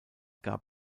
gab